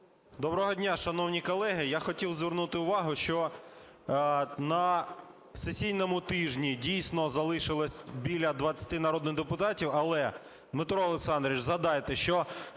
Доброго дня, шановні колеги. Я хотів звернути увагу, що на сесійному тижні, дійсно, залишилось біля 20 народних депутатів. Але, Дмитро Олександрович, згадайте, що